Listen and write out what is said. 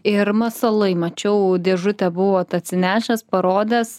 ir masalai mačiau dėžutę buvot atsinešęs parodęs